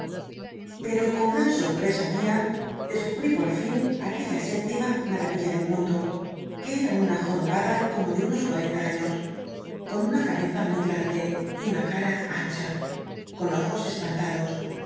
pcro con gran sorpresa mia descubrí por fin aquella séptima marayilla del mundo que era una jorobada como de unos cuar'cnta años con una cabeza muy grandc y una cara ancha con ojos espantados